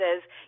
says